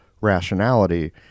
rationality